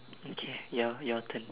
okay your your turn